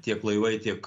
tiek laivai tiek